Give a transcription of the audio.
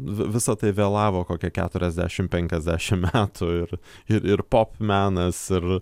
vi visa tai vėlavo kokia keturiasdešim penkiasdešim metų ir ir ir pop menas ir